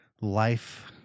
life